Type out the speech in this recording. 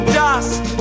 dust